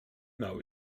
know